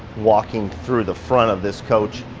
walking through the front of this coach,